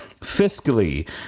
fiscally